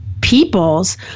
peoples